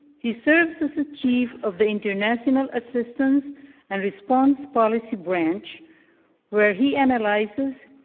he serves as the chief of the international assistance and response policy branch where he analyzes,